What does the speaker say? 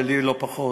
ולי לא פחות,